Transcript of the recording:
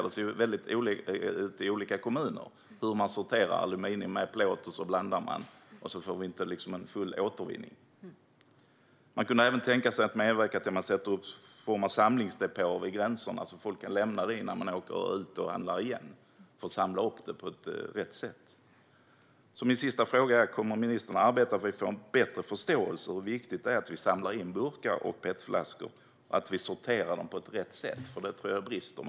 Det ser väldigt olika ut i olika kommuner hur man sorterar. Om man sorterar aluminium med plåt och blandar det får vi inte en full återvinning. Man kunde även tänka sig att medverka till att man sätter upp någon form av samlingsdepåer vid gränserna så att folk kan lämna det innan de åker ut och handlar igen, för att samla upp det på rätt sätt. Svar på interpellationer Min sista fråga är: Kommer ministern att arbeta för att vi får en bättre förståelse för hur viktigt det är att vi samlar in burkar och petflaskor och att vi sorterar dem på rätt sätt? Det tror jag brister.